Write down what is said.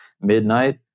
midnight